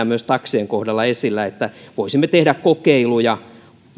myös taksien kohdalla esillä että voisimme tehdä kokeiluja